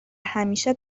همیشه